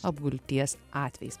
apgulties atvejis